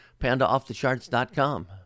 pandaoffthecharts.com